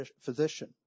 physician